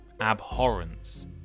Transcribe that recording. Abhorrence